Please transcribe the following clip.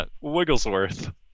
Wigglesworth